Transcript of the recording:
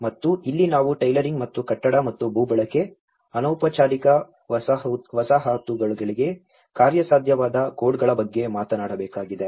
ಮತ್ತು ಇಲ್ಲಿ ನಾವು ಟೈಲರಿಂಗ್ ಮತ್ತು ಕಟ್ಟಡ ಮತ್ತು ಭೂ ಬಳಕೆ ಅನೌಪಚಾರಿಕ ವಸಾಹತುಗಳಲ್ಲಿ ಕಾರ್ಯಸಾಧ್ಯವಾದ ಕೋಡ್ಗಳ ಬಗ್ಗೆ ಮಾತನಾಡಬೇಕಾಗಿದೆ